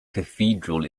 cathedral